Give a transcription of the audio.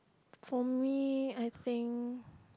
for me I think